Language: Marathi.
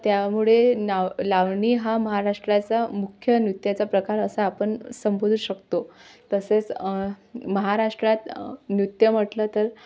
त्यामुळे नाव लावणी हा महाराष्ट्राचा मुख्य नृत्याचा प्रकार असा आपण संबोधू शकतो तसेच महाराष्ट्रात नृत्य म्हटलं तर